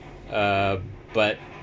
ah but